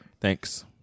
Thanks